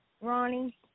Ronnie